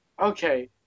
Okay